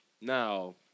now